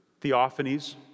theophanies